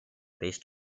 based